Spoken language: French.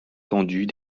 tendus